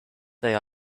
they